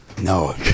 No